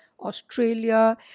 Australia